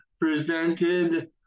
presented